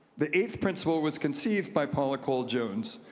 the eighth principle was conceived by paula cole jones,